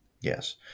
Yes